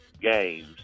games